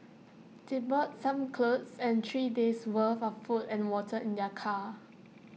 they bought some clothes and three days' worth of food and water in their car